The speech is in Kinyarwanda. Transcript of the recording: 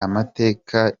amateka